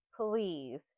Please